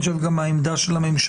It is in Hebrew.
אני חושב גם העמדה של הממשלה.